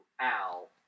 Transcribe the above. Al